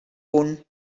punt